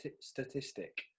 statistic